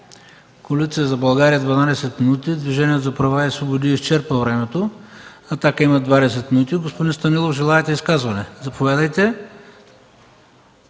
Коалиция за България – 12 минути, от Движение за права и свободи са изчерпали времето си, „Атака” има 20 минути. Господин Станилов, желаете изказване. Заповядайте!